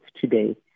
today